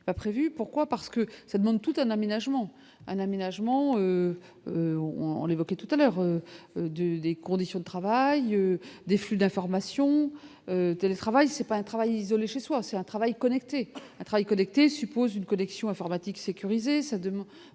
est prévu, pourquoi, parce que ça demande tout un aménagement, un aménagement ou on l'évoquait tout à l'heure du des conditions de travail des flux d'information, télétravail c'est pas un travail isolé chez soi, c'est un travail trahi connecté suppose une collection informatique sécurisé ça demain.